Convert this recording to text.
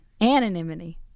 Anonymity